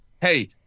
hey